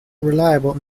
reliable